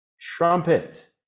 trumpet